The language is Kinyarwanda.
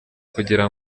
kugira